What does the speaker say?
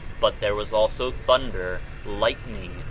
but there was also thunder, lightning,